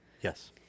Yes